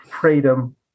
freedom